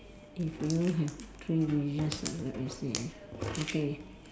if you have three wishes ah let me see okay